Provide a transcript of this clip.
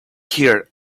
here